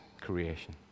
creation